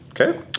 Okay